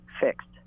fixed